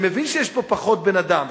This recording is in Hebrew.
אני מבין שיש פה פחות בן-אדם,